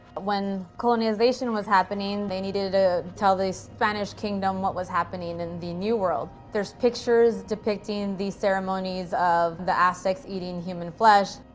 when colonization was happening, they needed to tell the spanish kingdom what was happening in the new world. there's pictures depicting the ceremonies ceremonies of the aztecs eating human flesh.